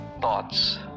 thoughts